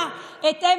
אנחנו לא רוצים את זה,